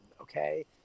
okay